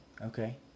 Okay